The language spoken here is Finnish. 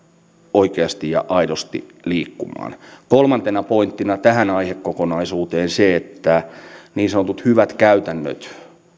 oikeasti ja aidosti liikkumaan kolmantena pointtina tähän aihekokonaisuuteen on se että niin sanotut hyvät käytännöt